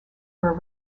were